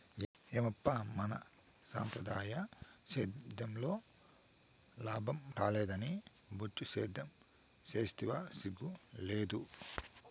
ఏమప్పా మన సంప్రదాయ సేద్యంలో లాభం రాలేదని బొచ్చు సేద్యం సేస్తివా సిగ్గు లేదూ